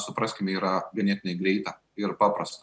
supraskime yra ganėtinai greita ir paprasta